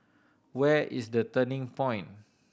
where is The Turning Point